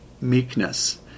meekness